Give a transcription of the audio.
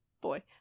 boy